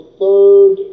third